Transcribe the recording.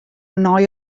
nei